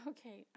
Okay